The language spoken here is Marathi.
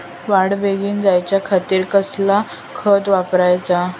वाढ बेगीन जायच्या खातीर कसला खत वापराचा?